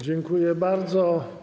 Dziękuję bardzo.